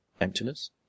emptiness